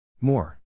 More